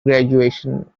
graduation